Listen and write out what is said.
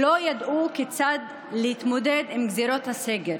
שלא ידעו כיצד להתמודד עם גזרות הסגר.